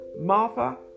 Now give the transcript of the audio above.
Martha